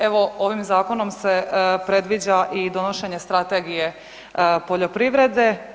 Evo ovim zakonom se predviđa i donošenje strategije poljoprivrede.